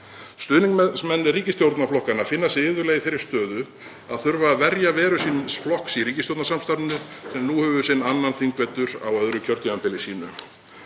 Stuðningsmenn ríkisstjórnarflokkanna finna sig iðulega í þeirri stöðu að þurfa að verja veru síns flokks í því ríkisstjórnarsamstarfi sem nú hefur sinn annan þingvetur á öðru kjörtímabili sínu.